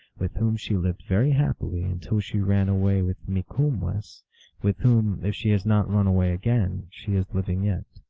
with whom she lived very happily until she ran away with mikumwess with whom, if she has not run away again, she is living yet.